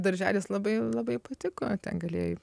darželis labai labai patiko ten galėjai